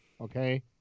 Okay